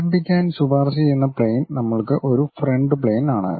ആരംഭിക്കാൻ ശുപാർശ ചെയ്യുന്ന പ്ളെയിൻ നമ്മൾക്ക് ഒരു ഫ്രണ്ട് പ്ളെയിൻ ആണ്